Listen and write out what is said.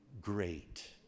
great